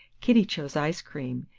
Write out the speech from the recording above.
kitty chose ice-cream,